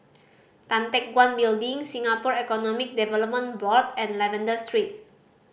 Tan Teck Guan Building Singapore Economic Development Board and Lavender Street